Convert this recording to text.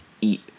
eat